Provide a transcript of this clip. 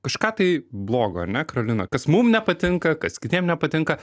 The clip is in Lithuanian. kažką tai blogo ar ne karolina kas mum nepatinka kas kitiem nepatinka